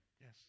Yes